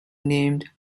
named